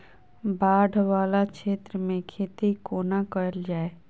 बाढ़ वला क्षेत्र मे खेती कोना कैल जाय?